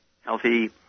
healthy